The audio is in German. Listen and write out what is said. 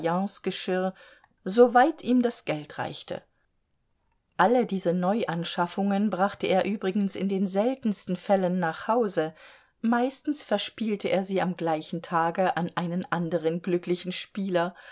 soweit ihm das geld reichte alle diese neuanschaffungen brachte er übrigens in den seltensten fällen nach hause meistens verspielte er sie am gleichen tage an einen anderen glücklicheren spieler